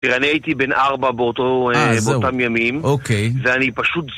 תראה אננ הייתי בין ארבע באותם ימים אוקיי ואני פשוט